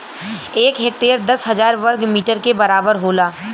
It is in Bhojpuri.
एक हेक्टेयर दस हजार वर्ग मीटर के बराबर होला